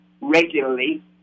regularly